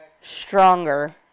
stronger